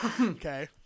Okay